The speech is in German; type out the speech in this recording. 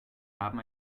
haben